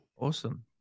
awesome